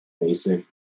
basic